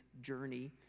journey